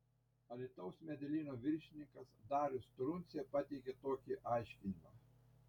alytaus medelyno viršininkas darius truncė pateikė tokį aiškinimą